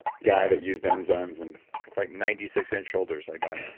guy that used enzymes and with like ninety six inch shoulders, i got.